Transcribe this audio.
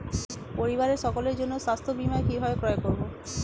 পরিবারের সকলের জন্য স্বাস্থ্য বীমা কিভাবে ক্রয় করব?